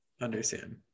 understand